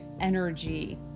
energy